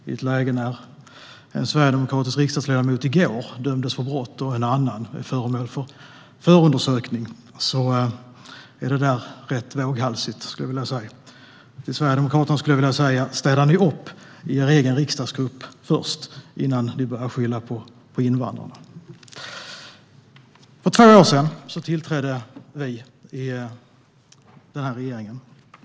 I ett läge när en sverigedemokratisk riksdagsledamot i går dömdes för brott och en annan är föremål för förundersökning är det rätt våghalsigt. Jag vill säga till Sverigedemokraterna: Städa nu upp i er egen riksdagsgrupp först innan ni börjar skylla på invandrarna! För två år sedan tillträdde regeringen.